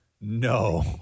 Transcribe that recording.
no